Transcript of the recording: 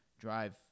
drive